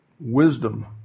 wisdom